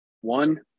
One